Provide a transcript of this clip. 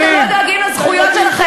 להגיע לכנסת, ואתם לא דואגים לזכויות שלכם.